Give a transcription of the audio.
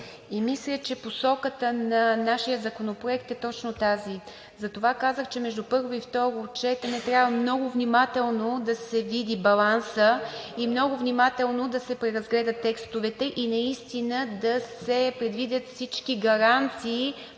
И мисля, че посоката на нашия законопроект е точно тази. Затова казах, че между първо и второ четене трябва много внимателно да се види балансът и много внимателно да се преразгледат текстовете и да се предвидят всички гаранции